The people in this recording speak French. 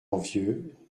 envieux